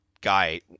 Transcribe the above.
guy